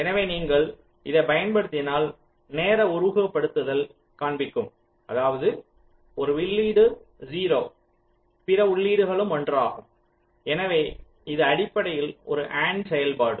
எனவே நீங்கள் இதைப் பயன்படுத்தினால் நேர உருவகப்படுத்துதல் காண்பிக்கும் அதாவது ஒரு உள்ளீடு 0 பிற உள்ளீடும் ஒன்றாகும் எனவே இது அடிப்படையில் ஒரு அண்ட் செயல்பாடு